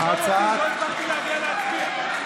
הכנסת מזון למוסדות רפואיים בחג הפסח),